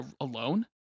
alone